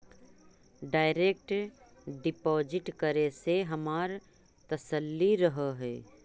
direct deposit करे से हमारा तसल्ली रहअ हई